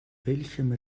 welchem